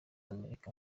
amerika